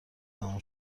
تموم